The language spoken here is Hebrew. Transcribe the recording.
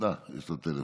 אה, יש לו טלפון.